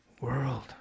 world